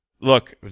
look